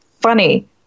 funny